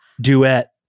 duet